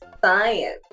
science